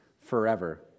forever